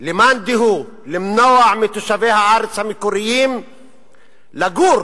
למאן דהוא למנוע מתושבי הארץ המקוריים לגור